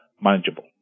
manageable